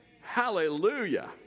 Hallelujah